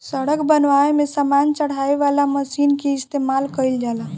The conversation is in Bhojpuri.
सड़क बनावे में सामान चढ़ावे वाला मशीन कअ इस्तेमाल कइल जाला